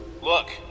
Look